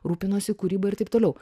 rūpinosi kūryba ir taip toliau